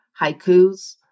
haikus